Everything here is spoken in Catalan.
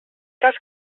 cas